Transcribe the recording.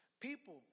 People